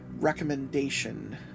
recommendation